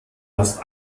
hast